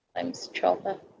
times twelve lah